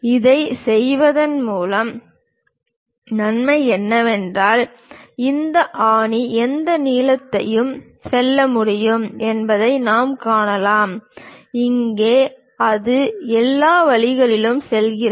இதைச் செய்வதன் மூலம் நன்மை என்னவென்றால் இந்த ஆணி எந்த நீளத்திற்கு செல்ல முடியும் என்பதை நாம் காணலாம் இங்கே அது எல்லா வழிகளிலும் செல்கிறது